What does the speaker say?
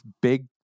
big